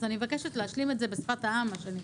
אז אני מבקשת להשלים את זה, בשפת העם, מה שנקרא.